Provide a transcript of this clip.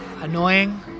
Annoying